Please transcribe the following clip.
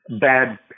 bad